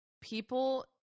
people